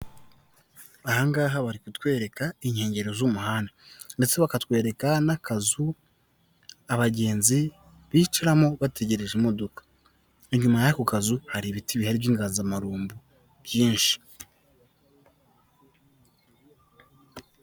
Aha ngaha bari kutwereka inkengero z'umuhanda ndetse bakatwereka n'akazu abagenzi bicaramo bategereje imodoka, inyuma y'ako kazu hari ibiti bihari by'inganzamarumbu byinshi.